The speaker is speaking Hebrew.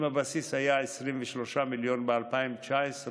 אם הבסיס היה 23 מיליון ב-2019,